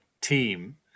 team